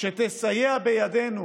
שתסייע בידנו